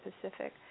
Pacific